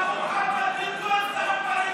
טוב, חברי הכנסת.